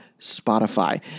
Spotify